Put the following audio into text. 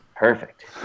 Perfect